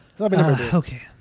Okay